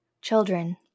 children